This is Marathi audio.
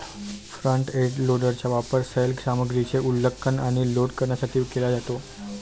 फ्रंट एंड लोडरचा वापर सैल सामग्रीचे उत्खनन आणि लोड करण्यासाठी केला जातो